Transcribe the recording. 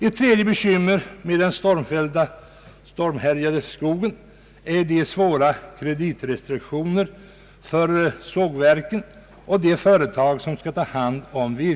Ett tredje bekymmer med den stormhärjade skogen är de svåra kreditrestriktionerna för sågverken och de andra företag som skall ta hand om virket.